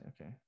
okay